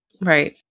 Right